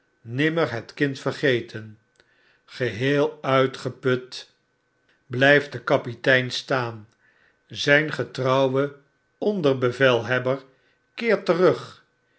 nimmer het kind vergeten geheel uitgeput blyft de kapitein staan zyn getrouwe onderbevelhebber keert terug